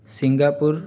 Singapore